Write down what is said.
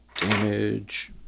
damage